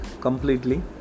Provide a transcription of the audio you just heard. completely